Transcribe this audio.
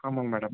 ஆமாங்க மேடம்